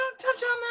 um touch on that.